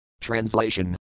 Translation